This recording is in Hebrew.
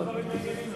מדבר דברים מעניינים.